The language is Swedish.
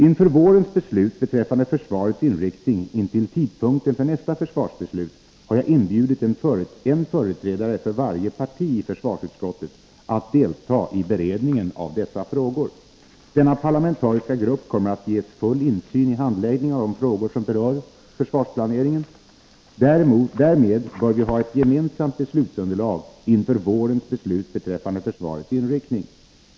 Inför vårens beslut beträffande försvarets inriktning intill tidpunkten för nästa försvarsbeslut har jag inbjudit en företrädare för varje parti i försvarsutskottet att delta i beredningen av dessa frågor. Denna parlamentariska grupp kommer att ges full insyn i handläggningen av de frågor som rör försvarsplaneringen. Därmed bör vi ha ett gemensamt beslutsunderlag inför vårens beslut beträffande försvarets inriktning.